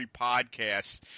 podcasts